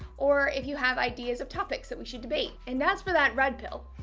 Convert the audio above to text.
or if you have ideas of topics that we should debate. and as for that red pill